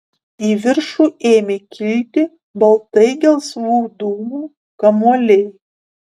į viršų ėmė kilti baltai gelsvų dūmų kamuoliai